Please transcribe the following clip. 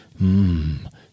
Mmm